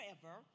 forever